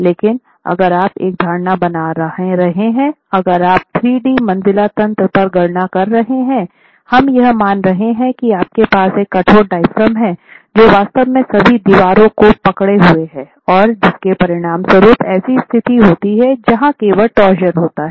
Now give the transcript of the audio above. लेकिन अगर आप एक धारणा बना रहा है अगर आप 3 डी मंजिला तंत्र पर गणना कर रहे हैं हम यह मान रहे हैं कि आपके पास एक कठोर डायाफ्राम है जो वास्तव में सभी दीवारों को पकड़े हुए है और जिसके परिणामस्वरूप ऐसी स्थिति होती है जहां केवल टॉरशन होता है